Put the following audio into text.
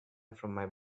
from